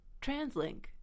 TransLink